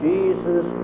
Jesus